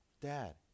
dad